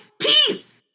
peace